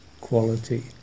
quality